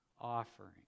offering